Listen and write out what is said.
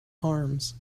arms